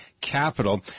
Capital